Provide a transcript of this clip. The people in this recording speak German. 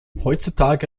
heutzutage